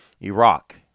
Iraq